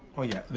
oh yeah,